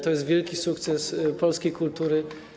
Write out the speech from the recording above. To jest wielki sukces polskiej kultury.